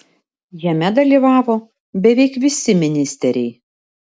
jame dalyvavo beveik visi ministeriai